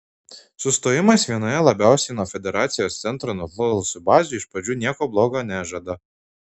sustojimas vienoje labiausiai nuo federacijos centro nutolusių bazių iš pradžių nieko bloga nežada